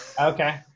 Okay